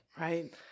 right